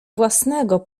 własnego